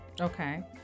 Okay